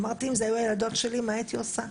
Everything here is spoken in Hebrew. אמרתי אם אלו היו הילדות שלי מה הייתי עושה?